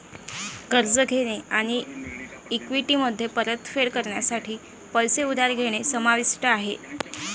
कर्ज घेणे आणि इक्विटीमध्ये परतफेड करण्यासाठी पैसे उधार घेणे समाविष्ट आहे